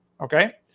okay